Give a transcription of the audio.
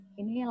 ini